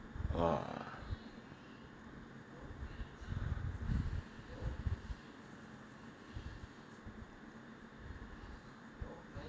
uh